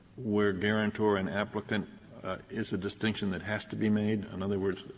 where guarantor and applicant is a distinction that has to be made? in other words,